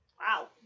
Wow